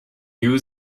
new